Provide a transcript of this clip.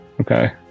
Okay